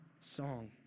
song